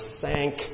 sank